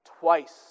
Twice